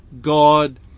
God